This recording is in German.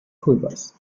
pulvers